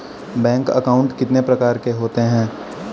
Bank account कितने प्रकार के होते हैं?